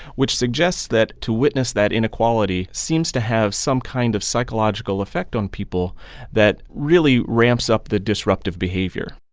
which suggests that to witness that inequality seems to have some kind of psychological effect on people that really ramps up the disruptive behavior